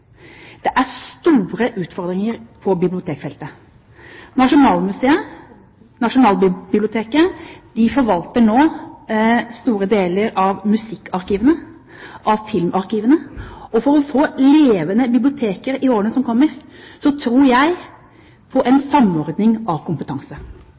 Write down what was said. Det er store utfordringer på bibliotekfeltet. Nasjonalbiblioteket forvalter nå store deler av musikkarkivene og filmarkivene. For å få levende biblioteker i årene som kommer tror jeg på